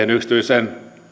yksityiseen